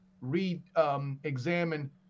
re-examine